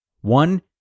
one